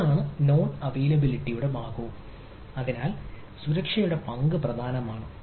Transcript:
അതാണ് നോൺ അവൈലബിലിറ്റിയുടെ ഭാഗവും അതിനാൽ സുരക്ഷയുടെ പങ്ക് പ്രധാനമാണ്